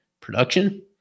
production